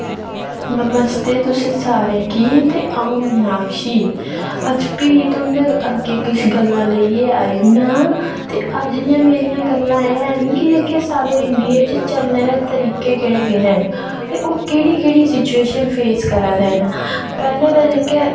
नमस्ते तुसें सारें गी ते अ'ऊं मिनाक्षी ते अज्ज भी तुं'दे अग्गें किश गल्लां लेइयै आई दी आं ते अज्ज जेह्कियां मेरियां गल्लां हैन कि जेह्के साढ़े इंडिया च चलने दे तरीके केह्ड़े केह्ड़े न ते ओह् केह्ड़ी केह्ड़ी सुचुएशन फेस करा दे न पैह्लें ते जेह्के